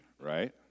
right